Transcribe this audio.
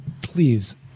please